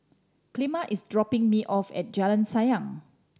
Clemma is dropping me off at Jalan Sayang